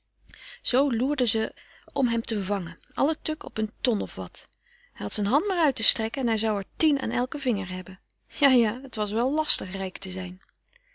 zoo loerden ze om hem te vangen allen tuk op een ton of wat hij had zijn hand maar uit te strekken en hij zou er tien aan elken vinger hebben ja ja het was wel lastig rijk te zijn